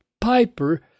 Piper